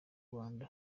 rwanda